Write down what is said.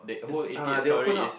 the ah they open up